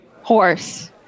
Horse